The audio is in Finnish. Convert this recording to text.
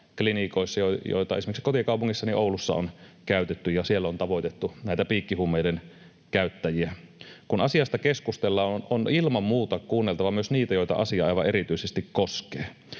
klinikoissa, joita esimerkiksi kotikaupungissani Oulussa on käytetty ja tavoitettu näitä piikkihuumeiden käyttäjiä. Kun asiasta keskustellaan, on ilman muuta kuunneltava myös niitä, joita asia aivan erityisesti koskee.